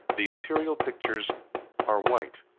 the imperial pictures are white,